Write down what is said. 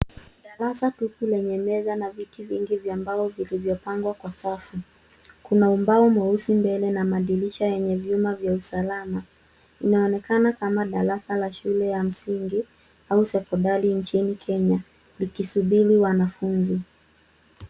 Darasa tupu lenye meza na viti vingi vya mbao vilivyo pangwa kwa safu. Kuna ubao mweusi mbele na madirisha yenye vyuma vya usalama. Inaonekana kama darasa la shule ya mingi au sekondari nchini kenya likisubiri wanafunzi.